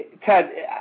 Ted